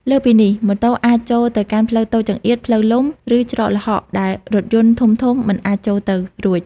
លើសពីនេះ ម៉ូតូអាច ចូលទៅកាន់ផ្លូវតូចចង្អៀត ផ្លូវលំ ឬច្រកល្ហកដែលរថយន្តធំៗមិនអាចទៅរួច។